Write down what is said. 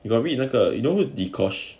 you got read 那个 you know dee kosh